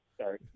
sorry